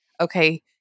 Okay